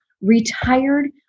retired